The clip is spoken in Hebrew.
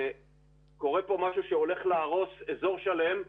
קורה כאן משהו שהולך להרוס אזור שלם.